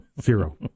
zero